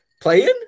playing